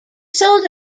sold